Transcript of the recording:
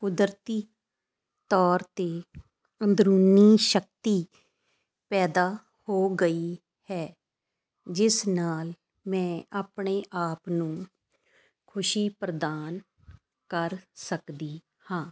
ਕੁਦਰਤੀ ਤੌਰ 'ਤੇ ਅੰਦਰੂਨੀ ਸ਼ਕਤੀ ਪੈਦਾ ਹੋ ਗਈ ਹੈ ਜਿਸ ਨਾਲ ਮੈਂ ਆਪਣੇ ਆਪ ਨੂੰ ਖੁਸ਼ੀ ਪ੍ਰਦਾਨ ਕਰ ਸਕਦੀ ਹਾਂ